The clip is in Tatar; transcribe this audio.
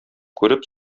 күреп